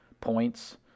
points